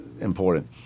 important